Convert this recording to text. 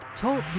Talk